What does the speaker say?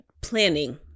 planning